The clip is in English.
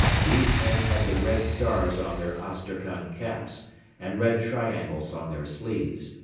these men had the red stars on their astrakhan caps and red triangles on their sleeves.